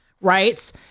right